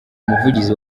umuvugizi